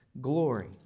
glory